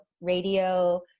radio